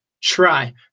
try